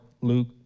Luke